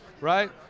Right